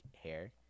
hair